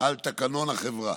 על תקנון החברה.